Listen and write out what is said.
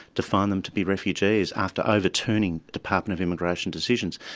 to find them to be refugees after overturning department of immigration decisions.